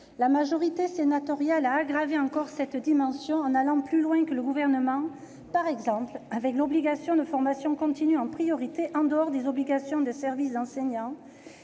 La majorité sénatoriale a aggravé encore leur situation en allant plus loin que le Gouvernement. Elle a ainsi prévu l'obligation de formation continue « en priorité en dehors des obligations de service d'enseignement